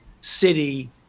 city